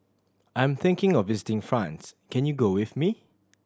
I'm thinking of visiting France can you go with me